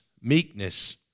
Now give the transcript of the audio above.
meekness